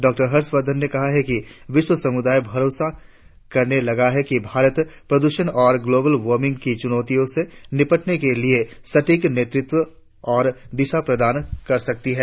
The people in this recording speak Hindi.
डॉ हर्षवर्धन्न ने कहा कि विश्व समुदाय भरोसा करने लगा है कि भारत प्रद्रषण और ग्लोबल वार्मिंग की चुनौतियों से निपटने के लिए सटीक नेतृत्व और दिशा प्रदान कर सकता है